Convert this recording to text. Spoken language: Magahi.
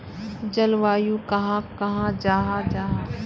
जलवायु कहाक कहाँ जाहा जाहा?